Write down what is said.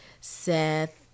Seth